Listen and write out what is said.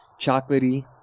chocolatey